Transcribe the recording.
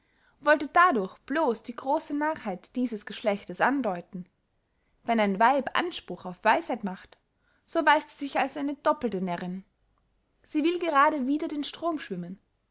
wollte dadurch blos die grosse narrheit dieses geschlechtes andeuten wenn ein weib anspruch auf weisheit macht so erweist sie sich als eine doppelte närrinn sie will gerade wider den strom schwimmen